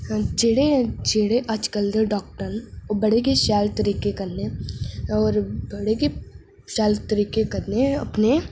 जेहड़े जेहड़े अजकल दे डाक्टर ना ओह् बड़े गै शैल तरीके कन्नै और बड़ी गी शैल तरीके कन्नै अपने